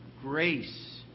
grace